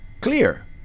clear